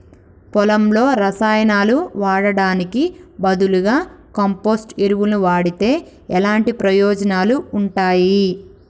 పొలంలో రసాయనాలు వాడటానికి బదులుగా కంపోస్ట్ ఎరువును వాడితే ఎలాంటి ప్రయోజనాలు ఉంటాయి?